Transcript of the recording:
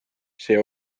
see